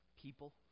people